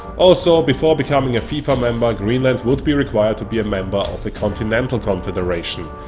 also, before becoming a fifa member greenland would be required to be a member of a continental confederation.